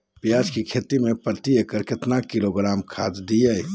प्याज की खेती में प्रति एकड़ कितना किलोग्राम खाद दे?